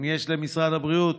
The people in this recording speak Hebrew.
אם יש למשרד הבריאות